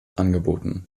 angeboten